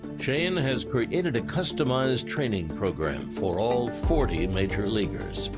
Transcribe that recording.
shane has created a customized training program for all forty major leaguers.